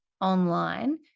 online